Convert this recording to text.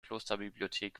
klosterbibliothek